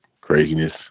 craziness